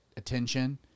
attention